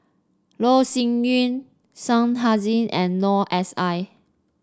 Loh Sin Yun Shah Hussain and Noor S I